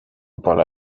pole